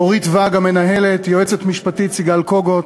דורית ואג המנהלת, היועצת-המשפטית סיגל קוגוט,